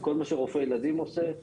כל מה שרופא ילדים עושה,